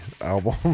album